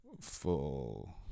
full